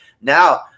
Now –